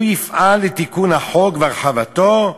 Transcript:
הוא יפעל לתיקון החוק והרחבתו,